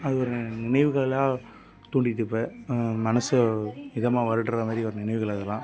அது ஒரு நினைவுகளாக தூண்டிகிட்டு இப்போ மனசு இதமாக வருடுற மாதிரி ஒரு நினைவுகள் அதெலாம்